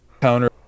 counter